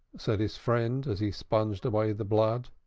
said his friend, as he sponged away the blood.